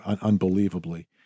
unbelievably